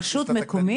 רשות מקומית?